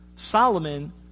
solomon